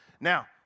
Now